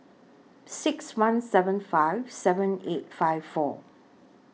six one seven five seven eight five four